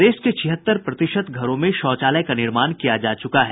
प्रदेश के छिहत्तर प्रतिशत घरों में शौचालय का निर्माण किया जा चुका है